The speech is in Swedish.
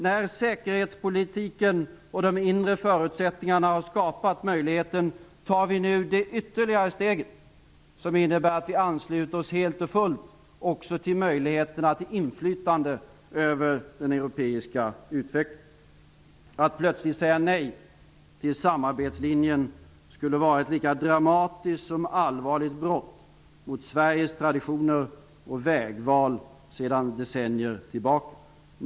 När säkerhetspolitiken och de inre förutsättningarna har skapat möjlighet tar vi nu det ytterligare steget, som innebär att vi ansluter oss helt och fullt också till möjligheterna till inflytande över den europeiska utvecklingen. Att plötsligt säga nej till samarbetslinjen skulle vara ett lika dramatiskt som allvarligt brott mot Sveriges traditioner och vägval sedan decennier tillbaka.